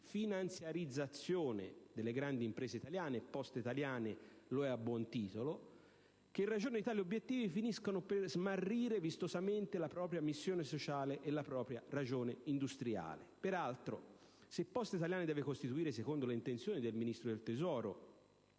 finanziarizzazione delle grandi imprese italiane - e Poste italiane lo è a buon titolo - che, in ragione di tali obiettivi, finiscono per smarrire vistosamente la propria missione sociale e la propria ragione industriale. Peraltro, se Poste italiane deve costituire, secondo le intenzioni del Ministro dell'economia